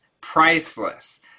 priceless